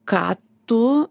ką tu